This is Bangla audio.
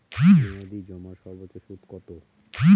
মেয়াদি জমার সর্বোচ্চ সুদ কতো?